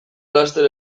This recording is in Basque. laster